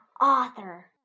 author